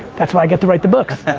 that's why i get to write the books.